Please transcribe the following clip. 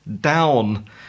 down